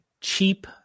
cheap